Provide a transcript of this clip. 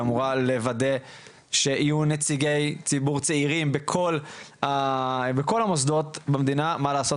שאמורה לוודא שיהיו נציגי ציבור צעירים בכל המוסדות במדינה ומה לעשות?